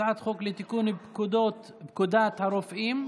הצעת חוק לתיקון פקודות פקודת הרופאים.